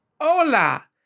Hola